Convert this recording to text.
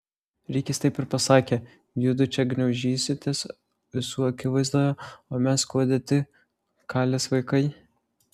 rikis taip ir pasakė judu čia gniaužysitės visų akivaizdoje o mes kuo dėti kalės vaikai